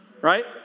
Right